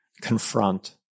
confront